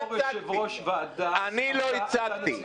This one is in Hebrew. אני בתור יושב-ראש ועדה --- אני לא הצגתי.